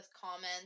comments